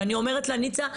ואני אומרת לה ניצה,